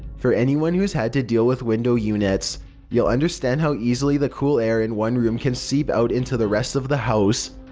for anyone who's had to deal with window units you'll understand how easily the cool air in one room can seep out to the rest of the house,